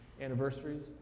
anniversaries